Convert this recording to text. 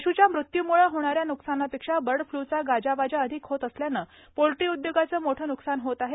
पश्च्या मृत्यूम्ळे होणाऱ्या नुकसानापेक्षा बर्ड फ्लूचा गाजवाजा अधिक होत असल्याने पोल्ट्री उद्योगाचे मोठे नुकसान होत आहे